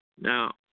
Now